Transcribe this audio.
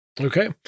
Okay